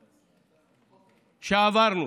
שעברנו,